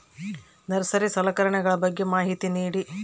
Nursery ಸಲಕರಣೆಗಳ ಬಗ್ಗೆ ಮಾಹಿತಿ ನೇಡಿ?